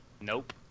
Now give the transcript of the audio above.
Nope